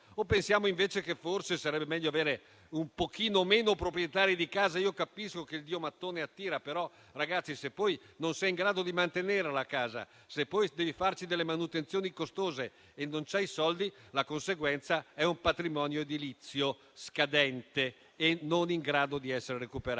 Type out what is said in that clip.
O pensiamo invece che forse sarebbe meglio avere un pochino meno proprietari di casa? Capisco che il dio mattone attiri, però, ragazzi, se poi non si è in grado di mantenerla, la casa, o di farci manutenzioni costose per le quali non si hanno i soldi, la conseguenza è un patrimonio edilizio scadente e non in grado di essere recuperato.